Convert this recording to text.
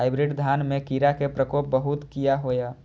Hybrid धान में कीरा के प्रकोप बहुत किया होया?